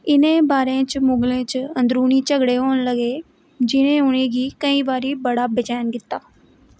इ'नें बारें च मुगलें च अंदरूनी झगड़े होन लगे जि'नें उनेंगी केईं बारी बड़ा बेचैन कीता